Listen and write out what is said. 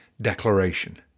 declaration